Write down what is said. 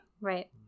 Right